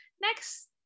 next